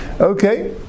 Okay